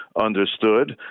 understood